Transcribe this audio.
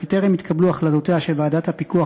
וטרם התקבלו החלטותיה של ועדת הפיקוח